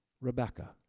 Rebecca